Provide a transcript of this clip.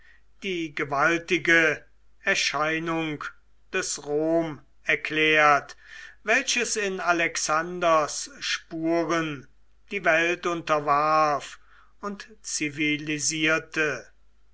die gewaltige erscheinung des rom erklärt welches in alexanders spuren die welt unterwarf und